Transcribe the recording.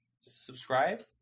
Subscribe